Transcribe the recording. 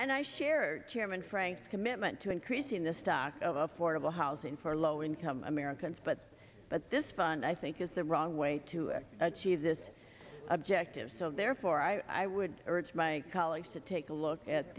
and i share chairman frank's commitment to increasing the stock of affordable housing for low income americans but but this fund i think is the wrong way to achieve this objective so therefore i would urge my colleagues to take a look at